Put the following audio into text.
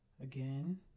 again